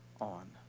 on